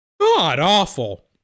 god-awful